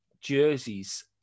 jerseys